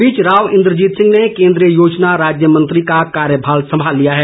इस बीच राव इन्द्रजीत सिंह ने केन्द्रीय योजना राज्य मंत्री का कार्यभार संभाल लिया है